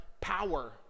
power